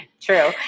true